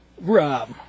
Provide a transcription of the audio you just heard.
Rob